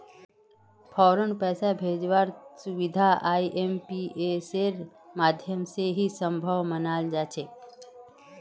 फौरन पैसा भेजवार सुबिधा आईएमपीएसेर माध्यम से ही सम्भब मनाल जातोक